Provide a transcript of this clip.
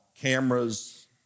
cameras